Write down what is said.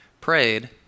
prayed